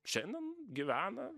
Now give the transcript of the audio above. šiandien gyvena